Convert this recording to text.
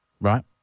right